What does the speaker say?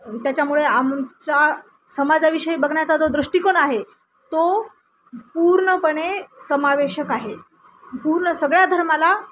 त्याच्यामुळे आमचा समाजाविषयी बघण्याचा जो दृष्टिकोन आहे तो पूर्णपणे समावेशक आहे पूर्ण सगळ्या धर्माला